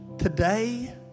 Today